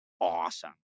awesome